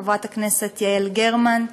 חברי הכנסת יעל גרמן,